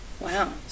Wow